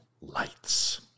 lights